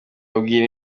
abwira